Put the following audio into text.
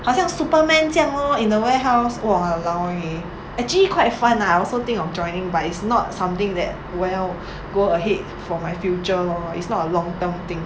好像 superman 这样 lor in the warehouse !walao! eh actually quite fun lah I also think of joining but it's not something that well go ahead for my future lor it's not a long term thing